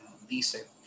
dice